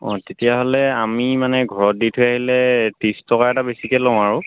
অ তেতিয়াহ'লে আমি মানে ঘৰত দি থৈ আহিলে ত্ৰিছ টকা এটা বেছিকৈ লওঁ আৰু